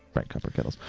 bright copper kettles?